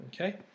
Okay